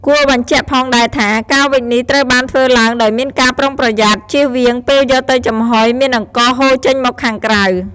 គួរបញ្ជាក់ផងដែរថា ការវេចនេះត្រូវបានធ្វើឡើងដោយមានការប្រុងប្រយ័ត្ន ជៀសវាងពេលយកទៅចំហុយមានអង្ករហូរចេញមកខាងក្រៅ។